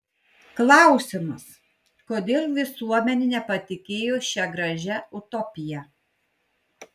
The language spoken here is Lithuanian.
klausimas kodėl visuomenė nepatikėjo šia gražia utopija